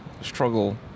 struggle